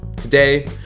Today